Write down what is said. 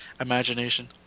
imagination